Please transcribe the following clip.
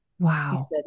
Wow